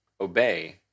obey